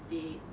they